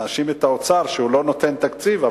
נאשים את האוצר שהוא לא נותן תקציב,